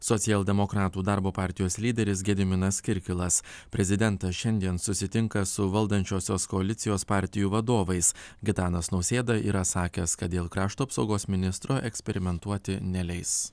socialdemokratų darbo partijos lyderis gediminas kirkilas prezidentas šiandien susitinka su valdančiosios koalicijos partijų vadovais gitanas nausėda yra sakęs kad dėl krašto apsaugos ministro eksperimentuoti neleis